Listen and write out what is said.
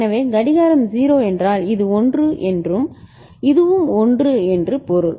எனவே கடிகாரம் 0 என்றால் இது 1 என்றும் இதுவும் 1 என்று பொருள்